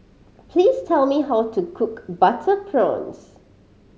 please tell me how to cook butter prawns